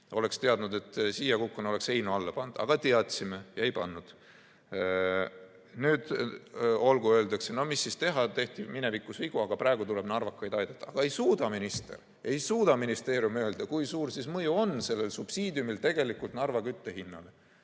Oleks teadnud, et siia kukun, oleks heinu alla pannud! Nüüd me teadsime, aga ei pannud. Nüüd öeldakse, et no mis siis teha, tehti minevikus vigu, aga praegu tuleb narvakaid aidata. Aga ei suuda minister, ei suuda ministeerium öelda, kui suur mõju on sellel subsiidiumil tegelikult Narva kütte hinnale.